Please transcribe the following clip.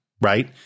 right